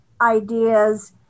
ideas